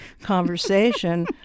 conversation